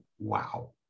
Wow